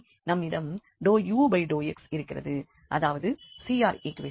நம்மிடம் ∂u∂x இருக்கிறதுஅதாவது CR ஈக்குவேஷன்கள்